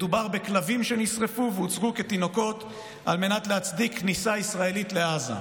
מדובר בכלבים שנשרפו והוצגו כתינוקות על מנת להצדיק כניסה ישראלית לעזה.